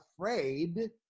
afraid